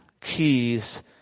keys